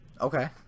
Okay